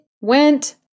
went